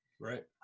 Right